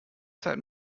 zeit